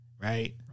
right